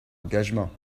engagement